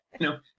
No